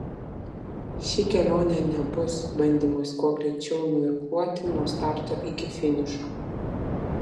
ši kelionė nebus bandymas kuo greičiau nuirkluoti nuo starto iki finišo